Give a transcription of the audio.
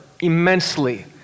immensely